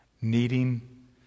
needing